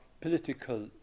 political